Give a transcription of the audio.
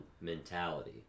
mentality